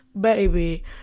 Baby